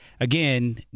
again